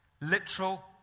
literal